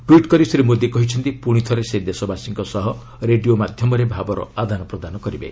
tweet କରି ଶ୍ରୀ ମୋଦୀ କହିଛନ୍ତି ପୁଣି ଥରେ ସେ ଦେଶବାସୀଙ୍କ ସହ ରେଡିଓ ମାଧ୍ୟମରେ ଭାବର ଆଦାନପ୍ରଦାନ କରିବେ